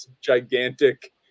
gigantic